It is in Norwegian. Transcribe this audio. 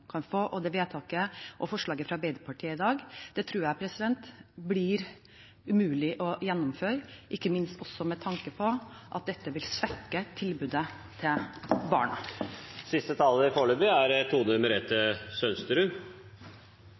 og forslagene fra Arbeiderpartiet i dag tror jeg blir umulig å gjennomføre, ikke minst også med tanke på at dette vil svekke tilbudet til barna.